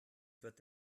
wird